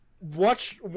Watch